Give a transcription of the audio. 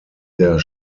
der